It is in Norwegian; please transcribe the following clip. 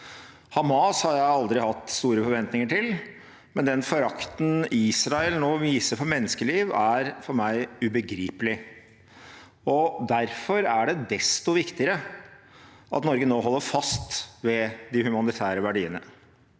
Hamas har jeg aldri har hatt store forventninger til, men den forakten Israel nå viser for menneskeliv, er for meg ubegripelig. Derfor er det desto viktigere at Norge nå holder fast ved de humanitære verdiene.